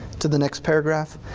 to the next paragraph.